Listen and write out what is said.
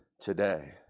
Today